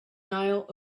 nile